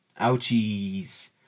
Ouchies